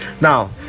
now